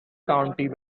county